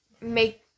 make